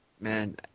Man